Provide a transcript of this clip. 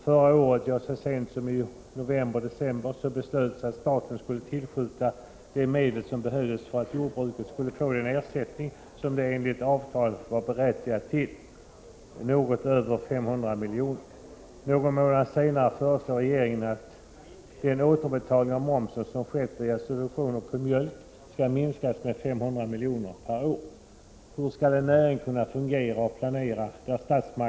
Förra året — ja, så sent som i november-december — beslöts att staten skulle tillskjuta de medel som behövdes för att jordbruket skulle få den ersättning som det enligt avtal var berättigat till, något över 500 milj.kr. Någon månad senare föreslår regeringen att den återbetalning av momsen som skett via subventionen på mjölk skall minskas med 500 milj.kr. per år. Hur skall en näring kunna fungera och planera när statsmakten så — Prot.